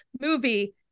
movie